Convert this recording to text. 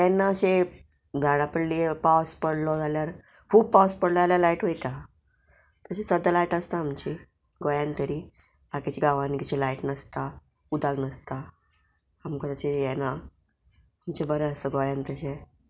तेन्ना अशें झाडां पडली पावस पडलो जाल्यार खूब पावस पडलो जाल्यार लायट वयता तशें सद्दां लायट आसता आमची गोंयान तरी बाकिच्या गांवांनी कशी लायट नासता उदक नासता आमकां तशें येना म्हणजे बरें आसा गोंयान तशें